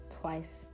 twice